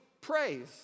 praise